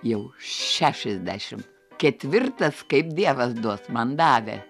jau šešiasdešim ketvirtas kaip dievas duos man davė